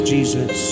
Jesus